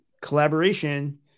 collaboration